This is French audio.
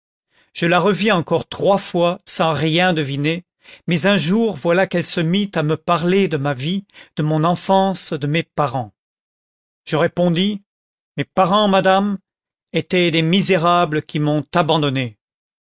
je la revis encore trois fois sans rien deviner mais un jour voilà qu'elle se mit à me parler de ma vie de mon enfance de mes parents je répondis mes parents madame étaient des misérables qui m'ont abandonné